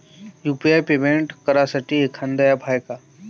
UPI payment करासाठी एखांद app हाय का?